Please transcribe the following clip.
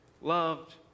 loved